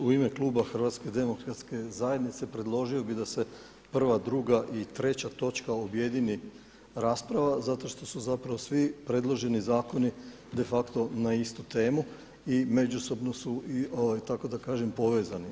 U ime kluba HDZ-a predložio bi da se prva, druga i treća točka objedini rasprava zato što su zapravo svi predloženi zakoni de facto na istu temu i međusobno su povezani.